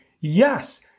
yes